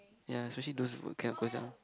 ya especially those who cannot close their arm